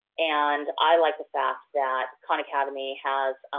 and i like the fact that khan academy has